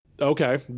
Okay